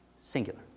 singular